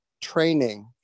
training